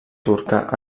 turca